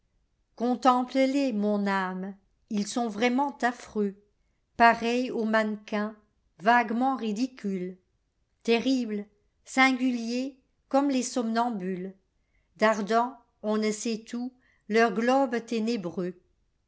cxvi les aveugles contemple les mon âme ils sont vraiment affreux pareils aux mannequins vaguement ridicules terribles singuliers comme les somnambules dardant on ne sait où leurs globes ténébreux